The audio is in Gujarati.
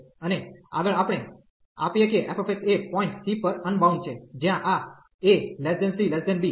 અને આગળ આપણે આપીએ કે f એ પોઈન્ટ c પર અનબાઉન્ડ છે જ્યાં આ a c b